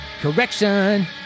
Correction